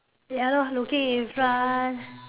ya lor looking in front